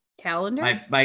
Calendar